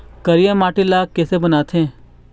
करिया माटी ला किसे बनाथे?